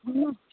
हूँ